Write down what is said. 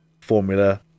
formula